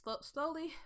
slowly